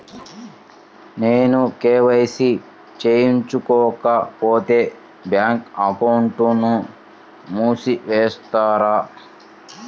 నేను కే.వై.సి చేయించుకోకపోతే బ్యాంక్ అకౌంట్ను మూసివేస్తారా?